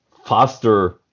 faster